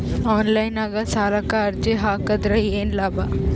Online ನಾಗ್ ಸಾಲಕ್ ಅರ್ಜಿ ಹಾಕದ್ರ ಏನು ಲಾಭ?